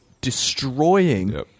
destroying